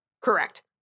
Correct